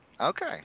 Okay